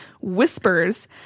whispers